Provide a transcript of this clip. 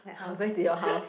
back to your house